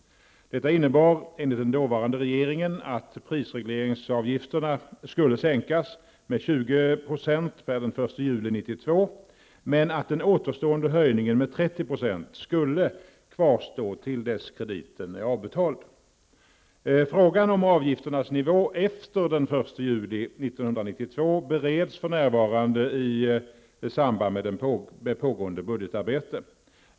Detta innebar enligt den dåvarande regeringen att prisregleringsavgifterna skulle sänkas med 20 % bereds för närvarande i samband med pågående budgetarbete.